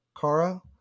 Kara